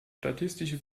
statistische